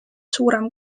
suurem